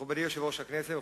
מכובדי יושב-ראש הכנסת,